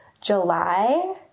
July